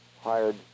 hired